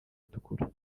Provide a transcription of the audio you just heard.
itukura